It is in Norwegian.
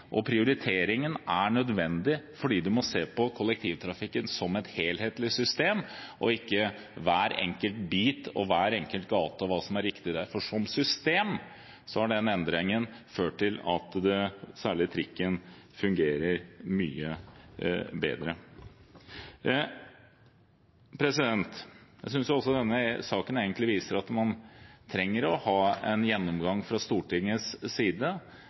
til. Prioriteringen er nødvendig fordi man må se på kollektivtrafikken som et helhetlig system, ikke på hver enkelt bit og hver enkelt gate og hva som er riktig der. Som system har den endringen ført til at særlig trikken fungerer mye bedre. Jeg synes også denne saken viser at man trenger å ha en gjennomgang fra Stortingets side